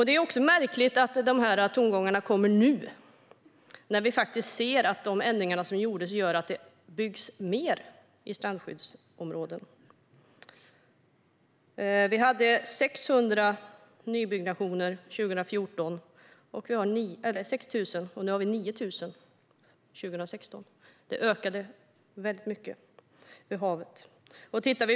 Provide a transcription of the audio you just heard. Det är märkligt att de här tongångarna kommer nu när vi ser att de ändringar som gjordes gör att det byggs mer i strandskyddsområden. Vi hade 6 000 nybyggnationer vid havet 2014 och 9 000 under 2016. Det ökade alltså väldigt mycket.